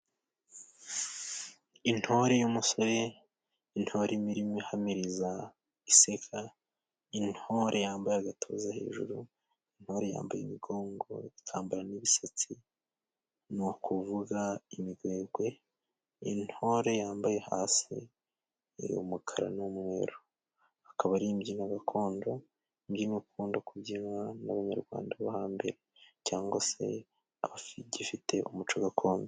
Intore y'umusore, intore irimo ihamiriza iseka ,intore yambaye agatuza hejuru, intore yambaye imigongo ikambara n'imisatsi, ni ukuvuga imigwegwe, intore yambaye hasi umukara n'umweru, akaba ari imbyino gakondo, imbyino ikunda kubyinwa n'Abanyarwanda bo hambere, cyangwa se abagifite umuco gakondo.